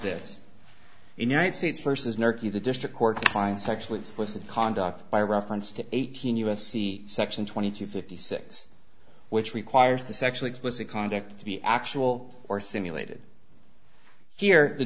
states versus nurture the district court finds sexually explicit conduct by reference to eighteen u s c section twenty two fifty six which requires the sexually explicit conduct to be actual or simulated here the